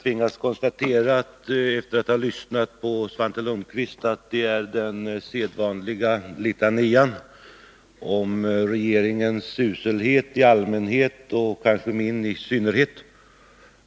Herr talman! Efter att ha lyssnat på Svante Lundkvists anförande tvingas jag konstatera att det var den sedvanliga litanian om regeringens uselhet i 29 allmänhet och kanske min i synnerhet.